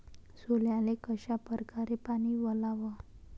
सोल्याले कशा परकारे पानी वलाव?